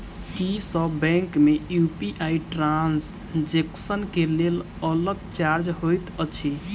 की सब बैंक मे UPI transaction केँ लेल अलग चार्ज होइत अछि?